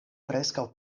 preskaŭ